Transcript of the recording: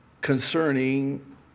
concerning